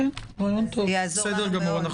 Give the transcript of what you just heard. זה יעזור לנו מאוד.